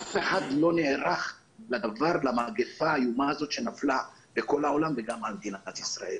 אף אחד לא נערך למגפה האיומה הזאת שנפלה בכל העולם וגם על מדינת ישראל.